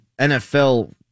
NFL